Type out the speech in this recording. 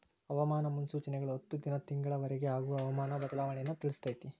ಹವಾಮಾನ ಮುನ್ಸೂಚನೆಗಳು ಹತ್ತು ದಿನಾ ತಿಂಗಳ ವರಿಗೆ ಆಗುವ ಹವಾಮಾನ ಬದಲಾವಣೆಯನ್ನಾ ತಿಳ್ಸಿತೈತಿ